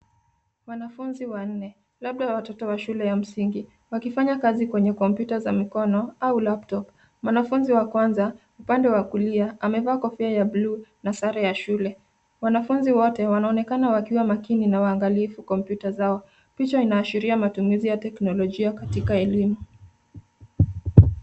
Wanafunzi wanne, labda watoto wa shule ya msingi wakifanya kazi kwenye kompyuta za mikono au laptop . Mwanafunzi wa kwanza upande wa kulia amevaa kofia ya buluu na sare ya shule. Wanafunzi wote wanaonekana wakiwa makini na waangalifu kompyuta zao. Picha inaashiria matumizi ya teknolojia katika elimu.